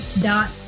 dot